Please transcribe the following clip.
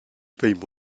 feuilles